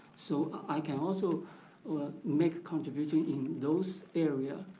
so i can also make a contribution in those area.